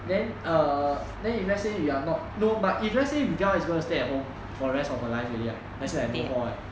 then err then if let's say you are not no but if let's say dell going to stay at home for rest of her life already lah lets say got no hall [one]